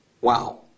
Wow